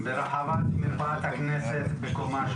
לגבי עדכון התקן, אני אשים נפשי בכפי,